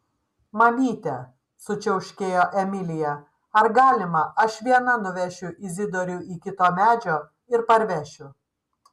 mamyte sučiauškėjo emilija ar galima aš viena nuvešiu izidorių iki to medžio ir parvešiu